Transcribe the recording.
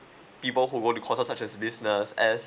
people who were to courses such as business as